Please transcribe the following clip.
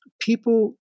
people